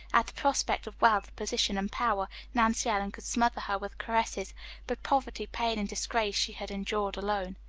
at the prospect of wealth, position, and power, nancy ellen could smother her with caresses but poverty, pain, and disgrace she had endured alone.